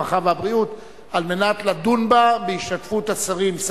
הרווחה והבריאות של הכנסת כדי לדון בה בהשתתפות השרים,